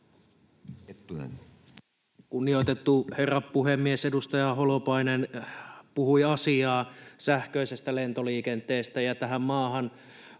Kunnioitettu herra puhemies! Edustaja Holopainen puhui asiaa sähköisestä lentoliikenteestä. Tähän maahan olisi